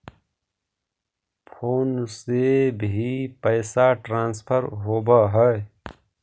Phone से भी पैसा ट्रांसफर होवहै?